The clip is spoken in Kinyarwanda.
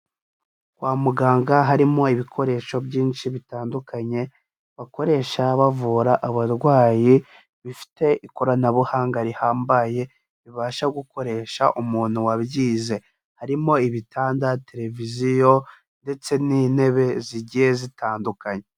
Kwa muganga harimo ibikoresho byinshi bitandukanye bakoresha bavura abarwayi bifite ikoranabuhanga rihambaye ribasha gukoresha umuntu wabyize harimo ibitanda, televiziyo ndetse n'intebe zigiye zitandukanye.